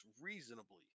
reasonably